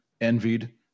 envied